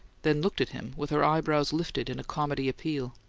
then looked at him with her eyebrows lifted in a comedy appeal.